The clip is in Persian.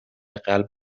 قلب